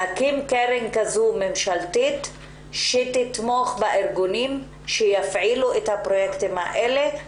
להקים קרן ממשלתית כזו שתתמוך בארגונים שיפעילו את הפרויקטים הללו,